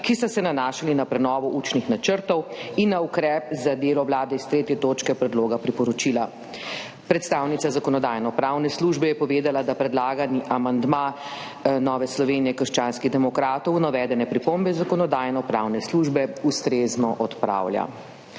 ki sta se nanašali na prenovo učnih načrtov in na ukrep za delo Vlade iz 3. točke predloga priporočila. Predstavnica Zakonodajno-pravne službe je povedala, da predlagani amandma Nove Slovenije – krščanskih demokratov navedene pripombe Zakonodajno-pravne službe ustrezno odpravlja.